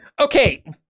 okay